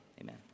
Amen